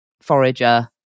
Forager